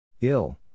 Ill